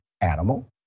animal